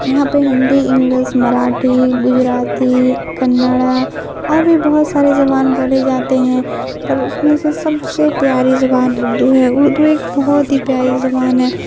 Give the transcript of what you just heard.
یہاں پہ ہندی انگلش مراٹھی گجراتی کنڑا اور بھی بہت ساری زبان بولے جاتے ہیں پر اس میں سے سب سے پیاری زبان اردو ہے اردو ایک بہت ہی پیاری زبان ہے